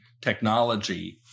technology